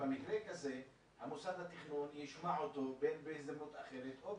שבמקרה הזה מוסד התכנון ישמע אותו בהזדמנות אחרת או